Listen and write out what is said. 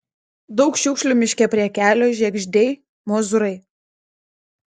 daug šiukšlių miške prie kelio žiegždriai mozūrai